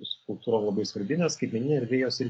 subkultūra labai svarbi nes skaitmeninėj erdvėj jos irgi